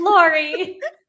Lori